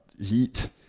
heat